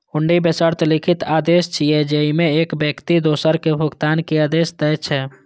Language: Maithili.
हुंडी बेशर्त लिखित आदेश छियै, जेइमे एक व्यक्ति दोसर कें भुगतान के आदेश दै छै